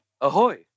ahoy